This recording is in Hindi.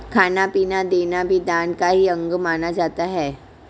खाना पीना देना भी दान का ही अंग माना जाता है